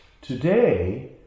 Today